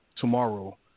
tomorrow